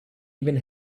even